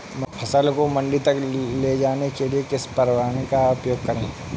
फसल को मंडी तक ले जाने के लिए किस परिवहन का उपयोग करें?